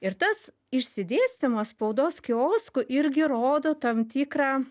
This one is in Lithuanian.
ir tas išsidėstymas spaudos kioskų irgi rodo tam tikrą